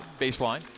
baseline